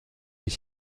est